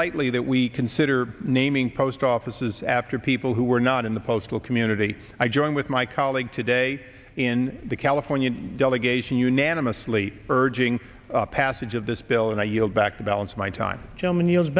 lightly that we consider naming post offices after people who were not in the postal community i join with my colleague today in the california delegation unanimously urging passage of this bill and i yield back the balance of my time joe many